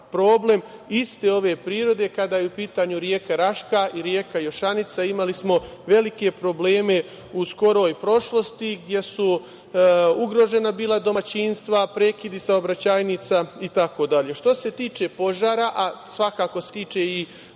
problem iste ove prirode kada je u pitanju reka Raška i reka Jošanica. Imali smo velike probleme u skoroj prošlosti gde su ugrožena bila domaćinstva, prekidi saobraćajnica itd. Što se tiče požara, a svakako se tiče i